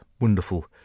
wonderful